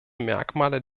merkmale